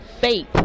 faith